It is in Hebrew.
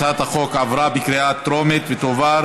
הצעת החוק עברה בקריאה טרומית ותועבר